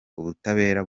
ubutabera